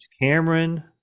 Cameron